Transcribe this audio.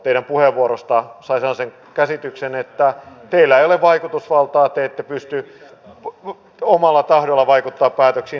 teidän puheenvuorostanne sai sellaisen käsityksen että teillä ei ole vaikutusvaltaa te ette pysty omalla tahdollanne vaikuttamaan päätöksiin